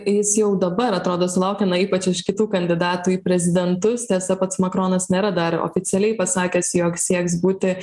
jis jau dabar atrodo sulaukia na ypač iš kitų kandidatų į prezidentus tiesa pats makronas nėra dar oficialiai pasakęs jog sieks būti